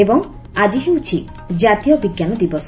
ଏବଂ ଆଜି ହେଉଛି ଜାତୀୟ ବିଙ୍କାନ ଦିବସ